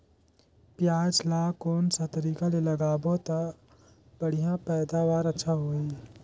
पियाज ला कोन सा तरीका ले लगाबो ता बढ़िया पैदावार अच्छा होही?